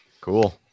Cool